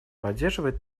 поддерживает